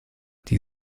die